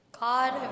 God